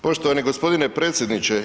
Poštovani g. predsjedniče.